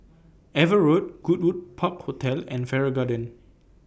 AVA Road Goodwood Park Hotel and Farrer Garden